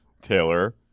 Taylor